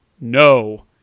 no